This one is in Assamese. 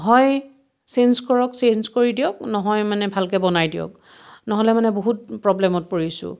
হয় চেইঞ্জ কৰক চেইঞ্জ কৰি দিয়ক নহয় মানে ভালকৈ বনাই দিয়ক নহ'লে মানে বহুত প্ৰব্লেমত পৰিছোঁ